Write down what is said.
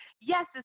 Yes